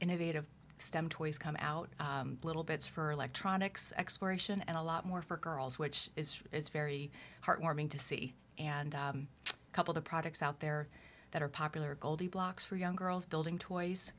innovative stem toys come out little bits for electronics exploration and a lot more for girls which is very heartwarming to see and couple the products out there that are popular goldie blox for young girls building toys